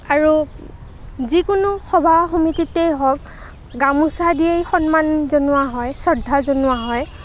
আৰু যিকোনো সভা সমিতিতেই হওক গামোচা দিয়েই সন্মান জনোৱা হয় শ্ৰদ্ধা জনোৱা হয়